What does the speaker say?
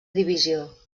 divisió